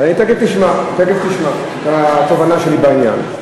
אתה תכף תשמע את התובנה שלי בעניין.